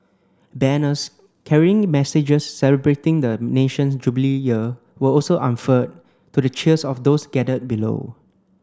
banners carrying messages celebrating the nation's Jubilee Year were also unfurled to the cheers of those gathered below